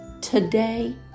today